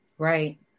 Right